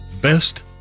Best